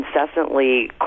incessantly